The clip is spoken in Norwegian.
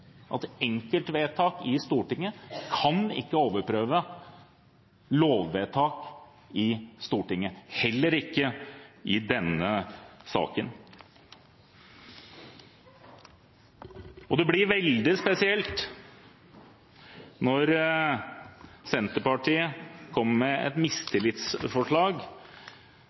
at enkeltvedtak i Stortinget ikke kan overprøve lovvedtak i Stortinget, heller ikke i denne saken. Det blir veldig spesielt når Senterpartiet kommer med et mistillitsforslag